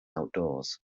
outdoors